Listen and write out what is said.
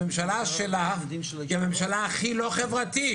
הממשלה שלך היא הממשלה הכי לא חברתית,